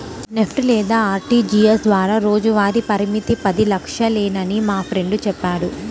NEFT లేదా RTGS ద్వారా రోజువారీ పరిమితి పది లక్షలేనని మా ఫ్రెండు చెప్పాడు